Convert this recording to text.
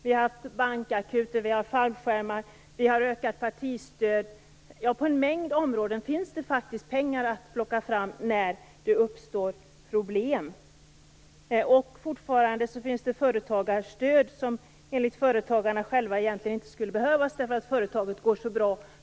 Det finns bankakuter, fallskärmar och ökat partistöd. På en mängd områden finns det faktiskt pengar som kan plockas fram när det uppstår problem. Fortfarande finns det ett företagarstöd som enligt företagarna själva egentligen inte skulle behövas därför att företagen går så bra.